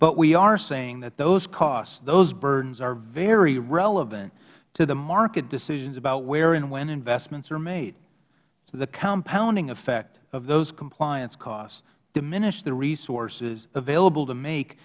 but we are saying that those costs those burdens are very relevant to the market decisions about where and when investments are made so the compounding effect of those compliance costs diminish the resources available to make